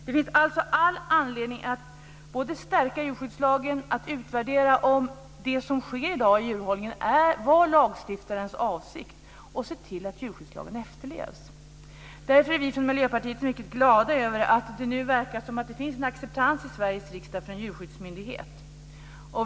Det finns alltså all anledning att stärka djurskyddslagen, att utvärdera om det som sker i dag i djurhållningen var lagstiftarens avsikt och att se till att djurskyddslagen efterlevs. Därför är vi från Miljöpartiet mycket glada över att det verkar som att det finns en acceptans i Sveriges riksdag för en djurskyddsmyndighet.